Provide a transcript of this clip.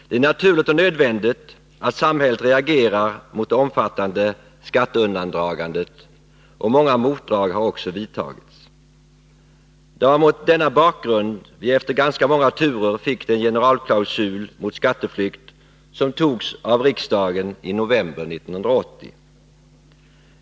Det är naturligt och nödvändigt att samhället reagerar mot det omfattande skatteundandragandet, och många motdrag har också vidtagits. Det var mot denna bakgrund som vi efter ganska många turer fick den generalklausul mot skatteflykt som antogs av riksdagen i november 1980.